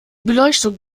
beleuchtung